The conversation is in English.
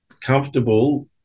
comfortable